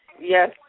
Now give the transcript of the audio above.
Yes